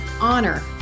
honor